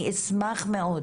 אני אשמח מאוד